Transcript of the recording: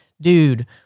Dude